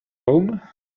home